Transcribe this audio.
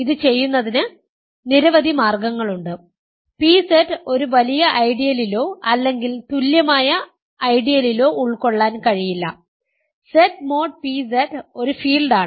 ഇത് ചെയ്യുന്നതിന് നിരവധി മാർഗങ്ങളുണ്ട് pZ ഒരു വലിയ ഐഡിയലിലോ അല്ലെങ്കിൽ തുല്യമായ ഐഡിയലിലോ ഉൾക്കൊള്ളാൻ കഴിയില്ല Z മോഡ് pZ ഒരു ഫീൽഡാണ്